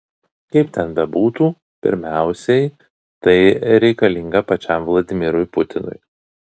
kaip ten bebūtų pirmiausiai tai reikalinga pačiam vladimirui putinui